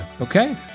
Okay